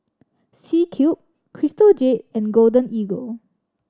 C Cube Crystal Jade and Golden Eagle